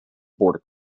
border